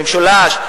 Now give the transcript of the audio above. במשולש,